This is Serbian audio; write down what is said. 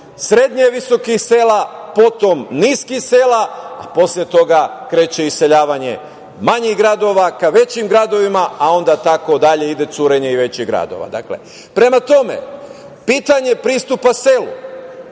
srednje visokih sela, potom niskih sela, a posle toga kreće iseljavanje manjih gradova ka većim gradovima, a onda tako dalje ide curenje i većih gradova. Prema tome, pitanje pristupa selu,